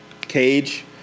Cage